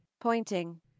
Pointing